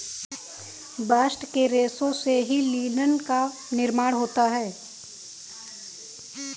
bast के रेशों से ही लिनन का भी निर्माण होता है